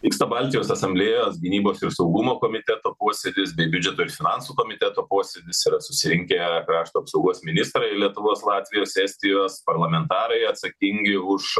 vyksta baltijos asamblėjos gynybos ir saugumo komiteto posėdis bei biudžeto ir finansų komiteto posėdis yra susirinkę krašto apsaugos ministrai ir lietuvos latvijos estijos parlamentarai atsakingi už